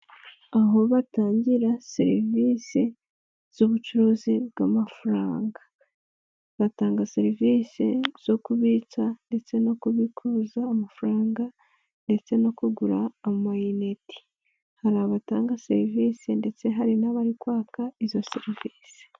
Aho batangira serivisi z'ubucuruzi bw'amafaranga, batanga serivisi zo kubitsa ndetse no kubikuza amafaranga ndetse no kugura amayinite, hari abatanga serivisi ndetse hari n'abari kwaka izo serivisi.